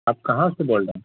آپ کہاں سے بول رہے ہیں